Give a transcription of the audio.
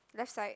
let's start it